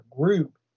group